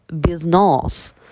business